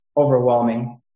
overwhelming